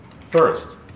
First